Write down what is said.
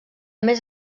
més